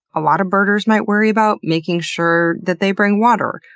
a lot of birders might worry about making sure that they bring water,